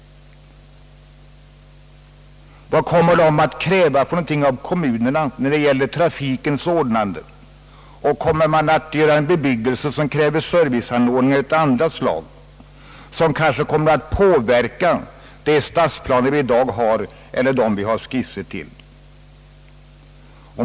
Vad kommer att krävas av kommunerna i vad gäller trafikens ordnande? Kommer det att bli en bebyggelse som kräver serviceanordningar av andra slag och som kanske kommer att påverka de stadsplaner vi i dag har eller har skisser till?